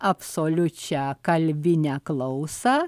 absoliučią kalbinę klausą